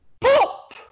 pop